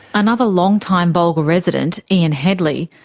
another longtime bulga resident, ian hedley,